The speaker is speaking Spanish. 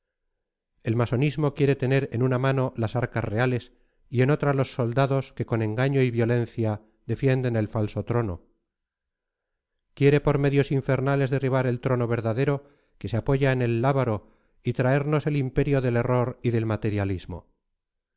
el masonismo quiere tener en una mano las arcas reales y en otra los soldados que con engaño y violencia defienden el falso trono quiere por medios infernales derribar el trono verdadero que se apoya en el lábaro y traernos el imperio del error y del materialismo